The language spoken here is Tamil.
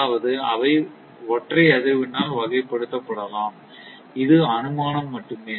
அதாவது அவை ஒற்றை அதிர்வெண்ணால் வகைப்படுத்தப்படலாம் இது அனுமானம் மட்டுமே